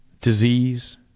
disease